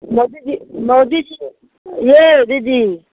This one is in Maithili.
मोदीजी मोदीजी ये दीदी